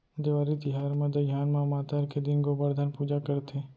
देवारी तिहार म दइहान म मातर के दिन गोबरधन पूजा करथे